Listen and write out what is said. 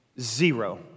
Zero